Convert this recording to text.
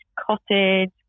cottage